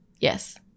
yes